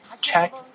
check